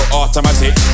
automatic